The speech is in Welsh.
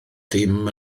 dim